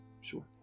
Sure